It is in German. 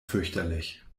fürchterlich